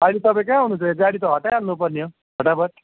अहिले तपाईँ कहाँ हुनुहुन्छ यो गाडी त हटाई हाल्नुपर्ने हो फटाफट